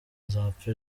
nzapfa